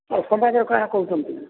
ଆଉ ସମ୍ବାଦରେ କାଣା କହୁଛନ୍ତି